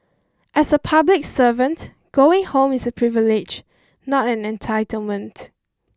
as a public servant going home is a privilege not an entitlement